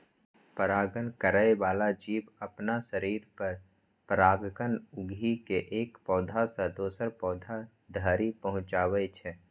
परागण करै बला जीव अपना शरीर पर परागकण उघि के एक पौधा सं दोसर पौधा धरि पहुंचाबै छै